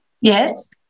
Yes